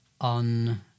on